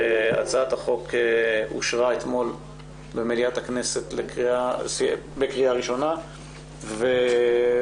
הצעת החוק אושרה אתמול במליאת הכנסת בקריאה ראשונה ונשארו